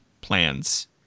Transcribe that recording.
plans